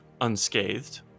unscathed